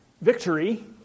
victory